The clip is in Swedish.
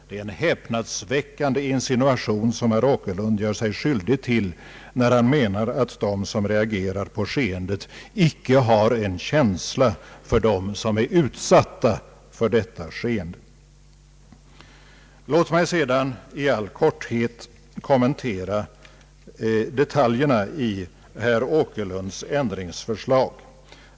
Det är en häpnadsväckande insinuation som herr Åkerlund gör sig skyldig till, när han menar att de som reagerar på skeendet icke har en känsla för dem som är utsatta för detta skeende. Låt mig sedan i allt korthet kommentera detaljerna i herr Åkerlunds ändringsförslag.